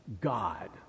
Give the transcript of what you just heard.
God